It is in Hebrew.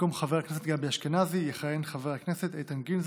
במקום חבר הכנסת גבי אשכנזי יכהן חבר הכנסת איתן גינזבורג.